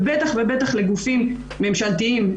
ובטח לגופים ממשלתיים,